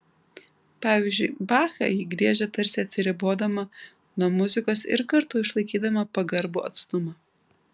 pavyzdžiui bachą ji griežia tarsi atsiribodama nuo muzikos ir kartu išlaikydama pagarbų atstumą